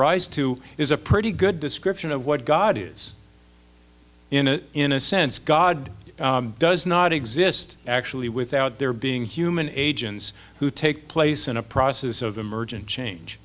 rise to is a pretty good description of what god is in a in a sense god does not exist actually without there being human agents who take place in a process of emergent change